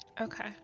Okay